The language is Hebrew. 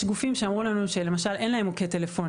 יש גופים שאמרו לנו שלמשל אין להם מוקד טלפוני.